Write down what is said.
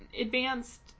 advanced